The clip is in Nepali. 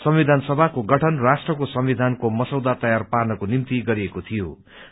संविधान सभाको गठन राष्ट्रको संविधानको मसौदा तौर पार्नको निम्ति गरिएको गििो